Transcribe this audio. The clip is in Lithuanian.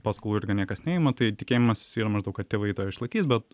paskolų ir niekas neima tai tikėjimasis yra maždaug kad tėvai tave išlaikys bet